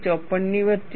54 ની વચ્ચે